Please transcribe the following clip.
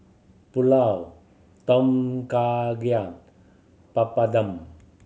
Pulao Tom Kha Gai Papadum